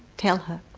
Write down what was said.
tell her.